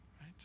Right